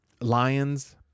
Lions